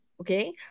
Okay